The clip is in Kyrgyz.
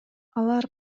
алар